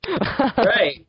right